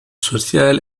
social